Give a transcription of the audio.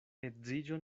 edziĝo